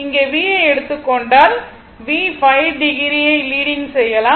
இங்கே v ஐ எடுத்துக் கொண்டால் v ϕo ஐ லீடிங் செய்யலாம்